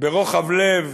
ברוחב לב,